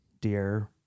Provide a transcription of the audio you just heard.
dear